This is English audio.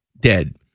dead